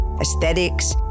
aesthetics